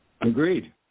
Agreed